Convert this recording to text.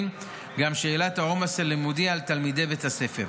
גם שאלת העומס הלימודי על תלמידי בית הספר.